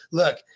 look